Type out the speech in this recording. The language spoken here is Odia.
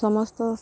ସମସ୍ତ